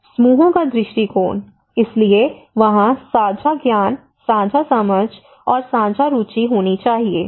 समूहों का दृष्टिकोण इसलिए वहाँ साझा ज्ञान साझा समझ और साझा रुचि होनी चाहिए